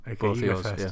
Okay